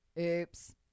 Oops